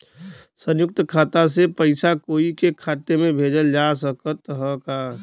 संयुक्त खाता से पयिसा कोई के खाता में भेजल जा सकत ह का?